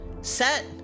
Set